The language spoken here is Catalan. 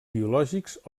biològics